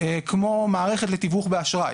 כמו מערכת לתיווך באשראי.